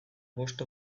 bost